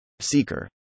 Seeker